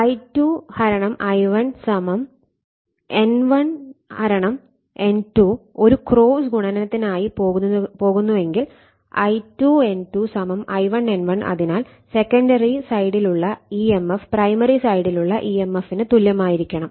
I2 I1 N1 N2 ഒരു cross ഗുണനത്തിനായി പോകുന്നുവെങ്കിൽ I2 N2 I1 N1 അതിനാൽ സെക്കന്ററി സൈഡിലുള്ള ഇ എം എഫ് പ്രൈമറി സൈഡിലുള്ള ഇ എം എഫിന് തുല്യമായിരിക്കണം